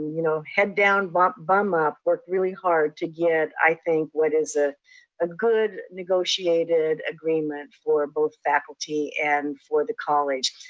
you know head down, bum bum up, worked really hard to get, i think, what is a ah good negotiated agreement for both faculty and for the college.